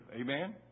Amen